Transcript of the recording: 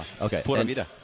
Okay